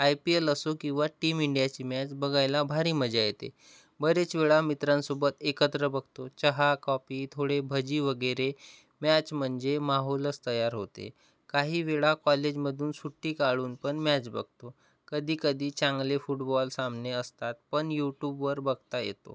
I P L असो किंवा team इंडियाची मॅच बघायला भारी मजा येते बरेच वेळा मित्रांसोबत एकत्र बघतो चहा कॉपी थोडे भजी वगेरे मॅच म्हणजे माहोलचं तयार होते काही वेळा कॉलेजमधून सुट्टी काढून पण मॅच बघतो कधीकधी चांगले फुटबॉल सामने असतात पण यूट्यूब वर बघता येतो